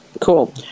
cool